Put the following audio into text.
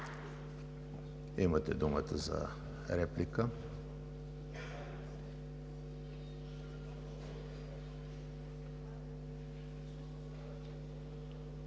Имате думата за реплика.